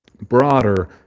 broader